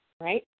Right